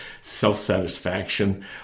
self-satisfaction